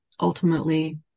ultimately